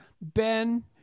ben